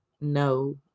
no